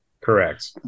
correct